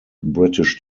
british